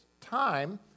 time